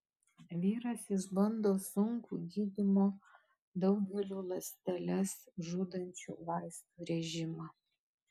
vyras išbando sunkų gydymo daugeliu ląsteles žudančių vaistų režimą